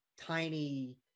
tiny